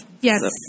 Yes